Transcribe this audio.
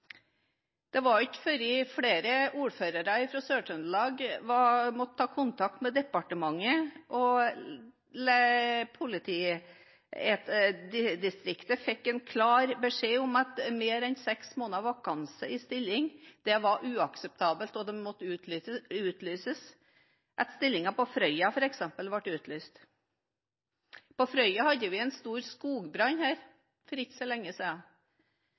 Det var ikke før flere ordførere fra Sør-Trøndelag måtte ta kontakt med departementet og politidistriktet fikk en klar beskjed om at mer enn seks måneders vakanse i stilling var uakseptabelt, og det måtte utlyses, at stillingen på Frøya f.eks. ble utlyst. På Frøya hadde vi en stor skogbrann her for ikke lenge siden, og lokalpolitikerne uttrykker at det var avgjørende for at det gikk så